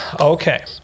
Okay